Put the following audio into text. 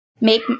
make